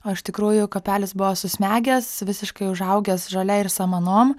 o iš tikrųjų kapelis buvo susmegęs visiškai užaugęs žole ir samanom